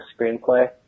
screenplay